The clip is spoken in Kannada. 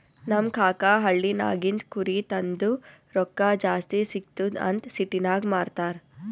ನಮ್ ಕಾಕಾ ಹಳ್ಳಿನಾಗಿಂದ್ ಕುರಿ ತಂದು ರೊಕ್ಕಾ ಜಾಸ್ತಿ ಸಿಗ್ತುದ್ ಅಂತ್ ಸಿಟಿನಾಗ್ ಮಾರ್ತಾರ್